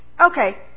Okay